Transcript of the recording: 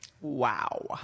Wow